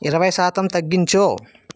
ఇరవై శాతం తగ్గించు